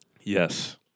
Yes